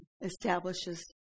establishes